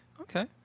Okay